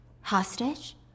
Hostage